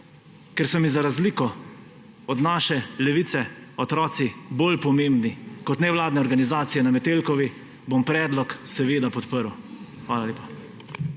Ker so mi za razliko od naše levice otroci bolj pomembni kot nevladne organizacije na Metelkovi, bom predlog seveda podrl. Hvala lepa.